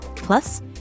Plus